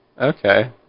Okay